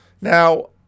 Now